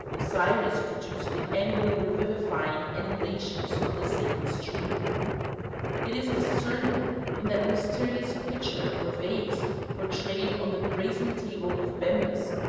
osiris produced the annual revivifying inundations of the sacred stream it is discernible in that mysterious pitcher or vase portrayed on the brazen table of bembus,